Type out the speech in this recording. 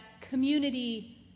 community